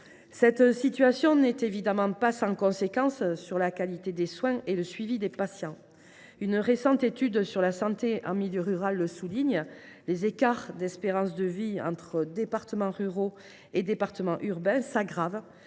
Cette situation n’est évidemment pas sans conséquence sur la qualité des soins et le suivi des patients. Une récente étude sur la santé en milieu rural le souligne : les écarts d’espérance de vie entre départements ruraux et départements urbains s’aggravent